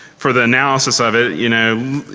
for the analysis of it, you know,